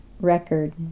record